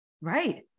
Right